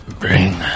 Bring